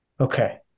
Okay